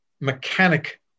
mechanic